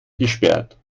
gesperrt